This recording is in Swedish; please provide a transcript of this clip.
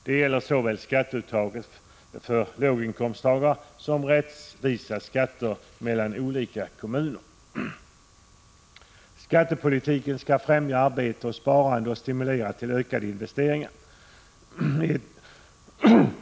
Detta gäller så väl skatteuttaget för låginkomsttagare som rättvisa skatter mellan olika kommuner. Skattepolitiken skall främja arbete och sparande och stimulera till ökade investeringar.